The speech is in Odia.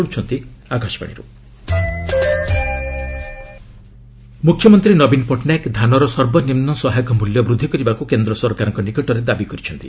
ଓଡ଼ିଶା ସିଏମ୍ ମୁଖ୍ୟମନ୍ତ୍ରୀ ନବୀନ ପଟ୍ଟନାୟକ ଧାନର ସର୍ବନିମ୍ନ ସହାୟକ ମୂଲ୍ୟ ବୃଦ୍ଧି କରିବାକୁ କେନ୍ଦ୍ର ସରକାରଙ୍କ ନିକଟରେ ଦାବି କରିଛନ୍ତି